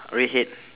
redhead